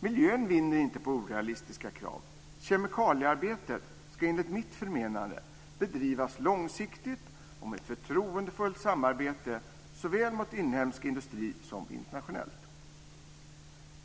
Miljön vinner inte på orealistiska krav. Kemikaliearbete ska enligt mitt förmenande bedrivas långsiktigt och med ett förtroendefullt samarbete såväl mot inhemsk industri som internationellt.